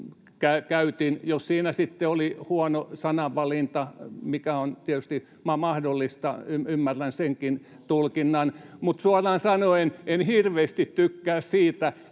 sitten oli huono sanavalinta, mikä on tietysti mahdollista, ymmärrän senkin tulkinnan. Mutta suoraan sanoen en hirveästi tykkää siitä,